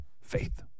Faith